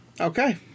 Okay